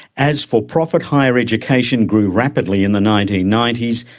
as for-profit higher education grew rapidly in the nineteen ninety s,